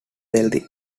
wealthy